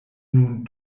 nun